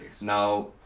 Now